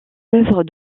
œuvre